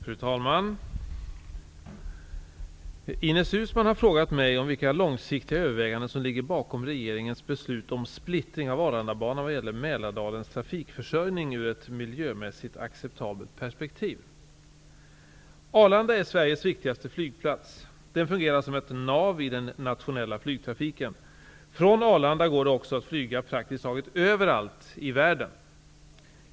Fru talman! Ines Uusmann har frågat mig vilka långsiktiga överväganden som ligger bakom regeringens beslut om splittring av Arlandabanan vad gäller Mälardalens trafikförsörjning ur ett miljömässigt acceptabelt perspektiv. Arlanda är Sveriges viktigaste flygplats. Den fungerar som ett nav i den nationella flygtrafiken. Från Arlanda går det också att flyga praktiskt taget överallt i världen.